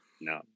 no